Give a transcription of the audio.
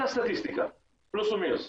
אותה סטטיסטיקה פלוס או מינוס.